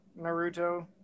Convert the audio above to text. Naruto